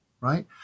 right